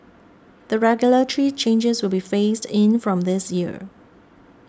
the regulatory changes will be phased in from this year